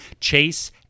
chase